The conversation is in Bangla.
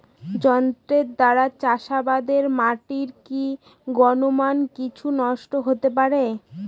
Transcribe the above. যন্ত্রের দ্বারা চাষাবাদে মাটির কি গুণমান কিছু নষ্ট হতে পারে?